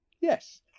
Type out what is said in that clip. yes